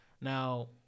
Now